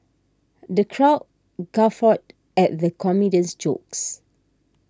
the crowd guffawed at the comedian's jokes